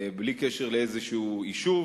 בלי קשר לאיזה יישוב.